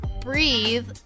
Breathe